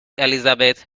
elizabeth